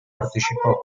partecipò